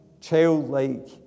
childlike